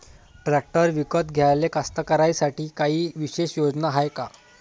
Tractor विकत घ्याले कास्तकाराइसाठी कायी विशेष योजना हाय का?